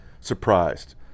surprised